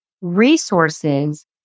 resources